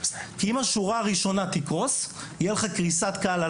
אם השורה הראשונה תקרוס, תהיה לך קריסת קהל.